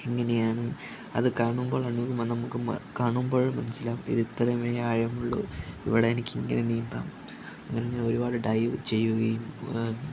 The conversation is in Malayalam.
എങ്ങനെയാണ് അത് കാണുമ്പോൾ ആണ് നമുക്ക് കാണുമ്പോൾ മനസ്സിലാക്കിയത് ഇത്രയും വലിയ ആഴമുള്ളു ഇവിടെ എനിക്ക് ഇങ്ങനെ നീന്താം അങ്ങനെ ഒരുപാട് ഡൈവ് ചെയ്യുകയും